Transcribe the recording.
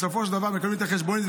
בסופו של דבר מקבלים את החשבונית.